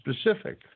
specific